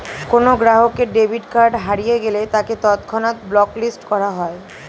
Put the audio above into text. কোনো গ্রাহকের debit card হারিয়ে গেলে তাকে তৎক্ষণাৎ ব্লক লিস্ট করা হয়